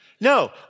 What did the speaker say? No